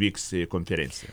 vyks konferencija